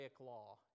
law